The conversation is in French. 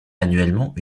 annuellement